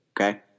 Okay